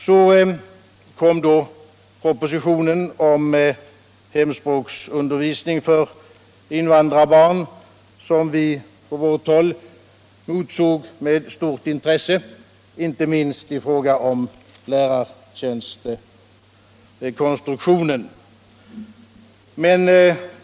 Så kom då propositionen om hemspråksundervisning för invandrarbarn som vi på vårt håll motsåg med stort intresse, inte minst i fråga om lärartjänstekonstruktionen.